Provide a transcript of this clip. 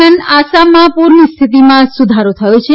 દરમિયાન આસામમાં પુરની સ્થિતિમાં સુધાર થયો છે